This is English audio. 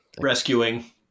Rescuing